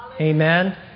Amen